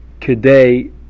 today